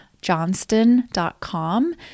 johnston.com